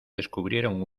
descubrieron